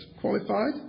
qualified